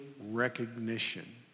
recognition